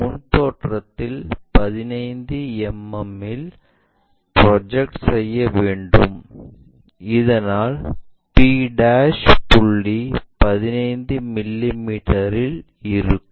முன் தோற்றத்தில் 15 mm இல் ப்ரொஜெக்ட் செய்ய வேண்டும் இதனால் p புள்ளி 15 மிமீ இல் இருக்கும்